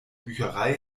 bücherei